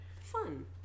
Fun